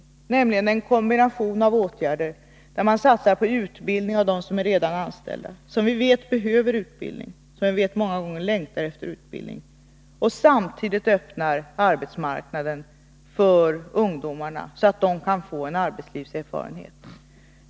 Det gäller en kombination av åtgärder där man satsar på utbildning av dem som redan är anställda, som man vet behöver utbildning och som man vet många gånger längtar efter utbildning, samtidigt som man öppnar arbetsmarknaden för ungdomarna, så att de kan få arbetslivserfarenhet.